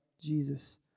Jesus